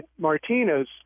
Martinez